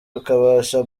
ukabasha